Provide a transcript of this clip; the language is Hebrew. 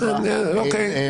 אוקיי.